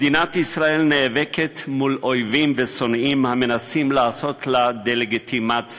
מדינת ישראל נאבקת מול אויבים ושונאים המנסים לעשות לה דה-לגיטימציה,